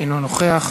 אינו נוכח.